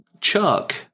Chuck